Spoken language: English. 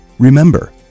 Remember